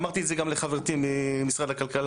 ואמרתי את זה גם לחברתי ממשרד הכלכלה,